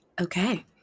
Okay